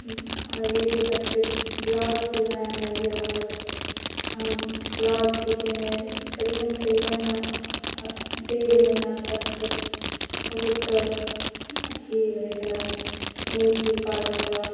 ladies सबके blouse सिनाइ हमरा लेल रहल ब्लाउज सीखयमे करीबन करीबन डेढ़ महीना तक बहुत अथी होइ छलै नहि सी पाबै छल